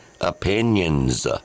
Opinions